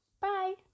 bye